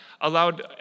allowed